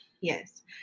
Yes